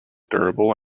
durable